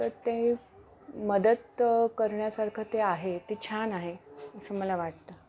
तर ते मदत करण्यासारखं ते आहे ते छान आहे असं मला वाटतं